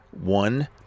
One